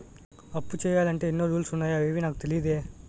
అప్పు చెయ్యాలంటే ఎన్నో రూల్స్ ఉన్నాయా అవేవీ నాకు తెలీదే